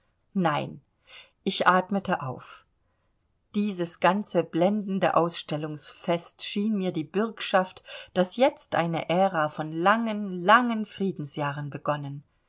nein ich atmete auf dieses ganze blendende ausstellungsfest schien mir die bürgschaft daß jetzt eine ära von langen langen friedensjahren begonnen